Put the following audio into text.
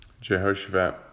Jehoshaphat